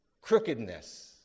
crookedness